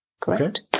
Correct